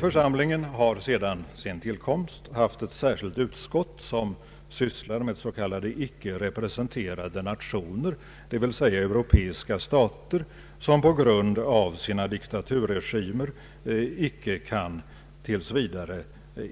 Församlingen har sedan sin tillkomst haft ett särskilt utskott som sysslar med s.k. icke representerade nationer, d.v.s. europeiska stater som på grund av sina diktaturregimer icke kan tills vidare